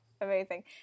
Amazing